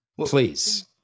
please